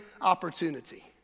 opportunity